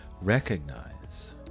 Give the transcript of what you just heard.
recognize